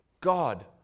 God